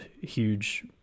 huge